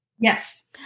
Yes